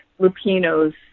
Lupino's